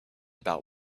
about